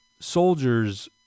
Soldiers